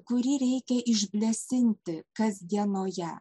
kurį reikia išblėsinti kasdienoje